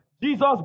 Jesus